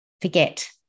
forget